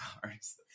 cars